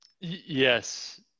Yes